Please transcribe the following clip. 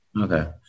Okay